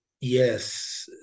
Yes